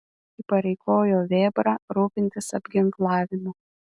įpareigojo vėbrą rūpintis apginklavimu